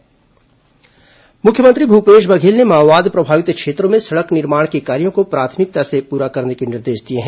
मुख्यमंत्री समीक्षा बैठक मुख्यमंत्री भूपेश बघेल ने माओवाद प्रभावित क्षेत्रों में सड़क निर्माण के कार्यो को प्राथमिकता के साथ पूरा करने के निर्देश दिए हैं